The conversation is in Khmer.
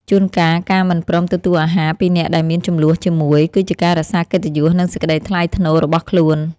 ជួនកាលការមិនព្រមទទួលអាហារពីអ្នកដែលមានជម្លោះជាមួយ គឺជាការរក្សាកិត្តិយសនិងសេចក្តីថ្លៃថ្នូររបស់ខ្លួន។